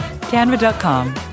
Canva.com